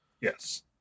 Yes